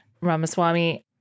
Ramaswamy